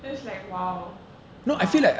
just like !wow! !wow!